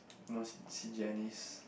uh see Janis